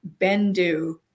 Bendu